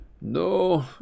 No